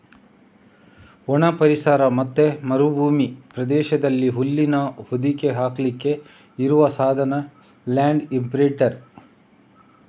ಒಣ ಪರಿಸರ ಮತ್ತೆ ಮರುಭೂಮಿ ಪ್ರದೇಶದಲ್ಲಿ ಹುಲ್ಲಿನ ಹೊದಿಕೆ ಹಾಸ್ಲಿಕ್ಕೆ ಇರುವ ಸಾಧನ ಲ್ಯಾಂಡ್ ಇಂಪ್ರಿಂಟರ್